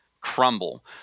crumble